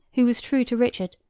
who was true to richard,